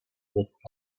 with